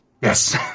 Yes